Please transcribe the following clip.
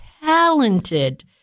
talented